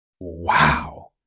Wow